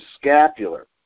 scapular